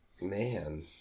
Man